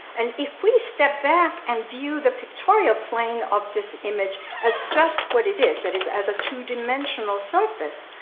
and if we step back and view the pictorial plane of this image as just what it is, that is as a two-dimensional surface,